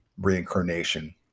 reincarnation